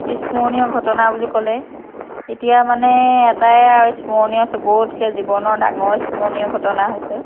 স্মৰণীয় ঘটনা বুলি ক'লে এতিয়া মানে এটাই আৰু স্মৰণীয় চবতকৈ জীৱনৰ ডাঙৰ স্মৰণীয় ঘটনা হৈছে